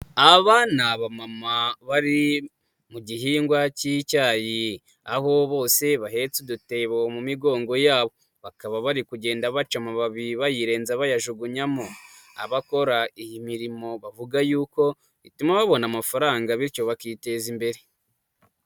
Ab ni abamama bari mu gihingwa k'icyayi, aho bose bahetse udutebo mu migongo yabo, bakaba bari kugenda baca amababi bayirenza bayajugunyamo. Abakora iyi mirimo bavuga yuko, ituma babona amafaranga bityo bakiteza imbere.